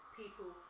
people